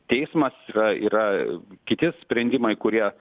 teismas yra yra kiti sprendimai kurie